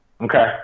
Okay